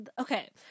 Okay